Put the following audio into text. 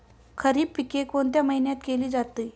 खरीप पिके कोणत्या महिन्यात केली जाते?